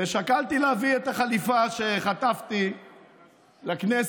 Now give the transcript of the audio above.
ושקלתי להביא את החליפה שחטפתי לכנסת,